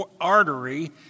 artery